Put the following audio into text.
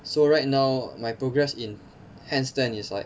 so right now my progress in hand stand is like